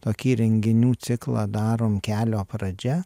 tokį renginių ciklą darom kelio pradžia